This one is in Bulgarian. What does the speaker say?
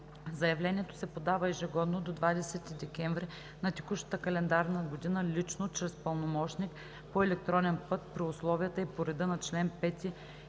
Заявлението се подава ежегодно до 20 декември на текущата календарна година лично, чрез пълномощник, по електронен път при условията и по реда на чл. 5 и